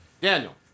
Daniel